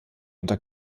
unter